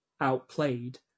outplayed